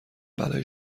بلایی